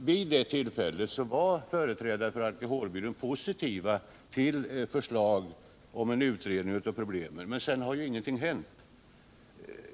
Vid det tillfället var företrädare för alkoholbyrån positiva till förslag om en utredning av problemen, men sedan har ingenting hänt.